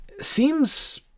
seems